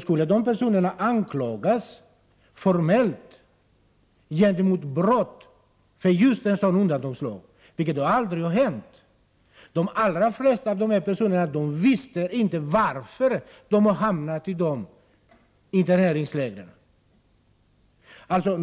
skulle de formellt ha anklagats för brott mot en sådan undantagslag, vilket inte skedde. De allra flesta av dessa personer visste inte varför de hade hamnat i interneringslägren.